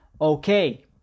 Okay